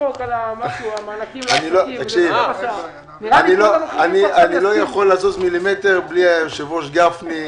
אני לא יכול לזוז מילימטר בלי היושב-ראש גפני,